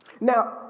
Now